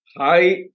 Hi